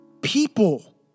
people